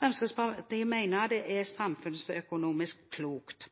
Fremskrittspartiet mener det er samfunnsøkonomisk klokt.